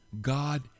God